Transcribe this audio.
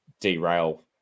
derail